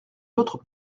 l’autre